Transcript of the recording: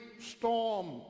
storm